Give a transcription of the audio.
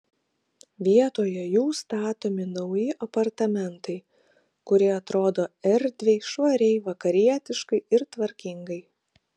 vietoje jų statomi nauji apartamentai kurie atrodo erdviai švariai vakarietiškai ir tvarkingai